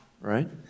Right